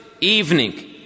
evening